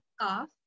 calf